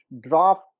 draft